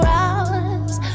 hours